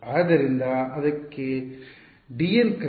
ಆದ್ದರಿಂದ ಅದಕ್ಕಗೆ dn ಕ್ರಮ